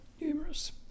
numerous